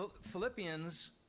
Philippians